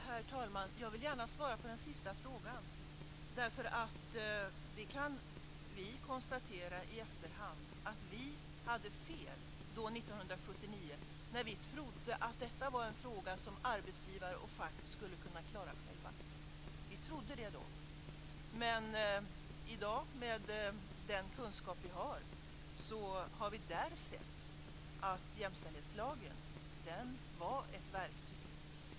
Herr talman! Jag vill gärna svara på den sista frågan. Vi kan i efterhand konstatera att vi hade fel 1979 när vi trodde att detta var en fråga som arbetsgivare och fack skulle kunna klara själva. Vi trodde det då. Men i dag, med den kunskap vi har, har vi där sett att jämställdhetslagen var ett verktyg.